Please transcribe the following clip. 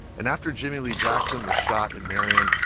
and after jimmie lee jackson was shot in marion,